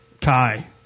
Kai